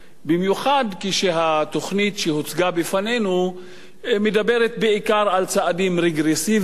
במיוחד כשהתוכנית שהוצגה בפנינו מדברת בעיקר על צעדים רגרסיביים,